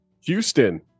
Houston